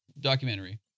documentary